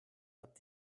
hat